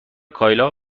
کایلا